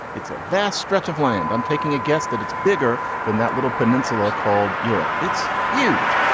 it's a vast stretch of land. i'm taking a guess that it's bigger than that little peninsula called europe. it's huge.